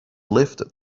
lifted